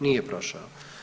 Nije prošao.